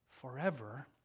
forever